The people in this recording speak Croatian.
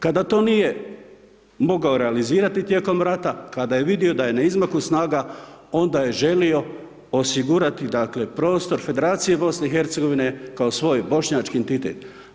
Kada to nije mogao realizirat tijekom rata, kada je vidio da je na izmaku snaga, onda je želio osigurati prostor Federacije BiH-a kao svoj bošnjački entitet.